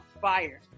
fire